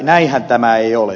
näinhän tämä ei ole